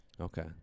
Okay